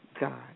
God